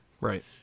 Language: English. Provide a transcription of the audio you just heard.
Right